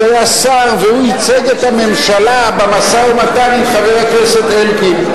היה שר והוא ייצג את הממשלה במשא-ומתן עם חבר הכנסת אלקין.